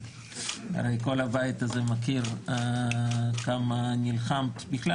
הרי כל הבית הזה מכיר כמה נלחמת בכלל